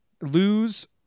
lose